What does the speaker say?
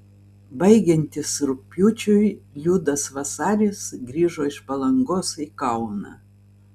baigiantis rugpjūčiui liudas vasaris grįžo iš palangos į kauną